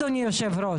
אדוני היושב ראש,